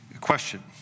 Question